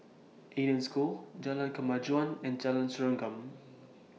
Eden School Jalan Kemajuan and Jalan Serengam